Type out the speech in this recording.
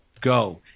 go